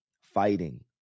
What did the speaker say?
fighting